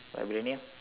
Vibranium